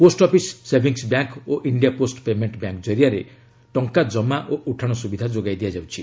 post office savings bank ଓ India post payment bank ଜରିଆରେ ଟଙ୍କା ଜମା ଓ ଉଠାଣ ସୁବିଧା ଯୋଗାଇ ଦିଆଯାଉଛି